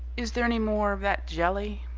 is there any more of that jelly?